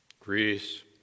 Greece